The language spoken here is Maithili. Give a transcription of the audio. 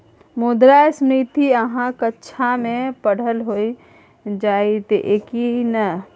मुद्रास्फीति अहाँक कक्षामे पढ़ाओल जाइत यै की नै?